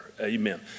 Amen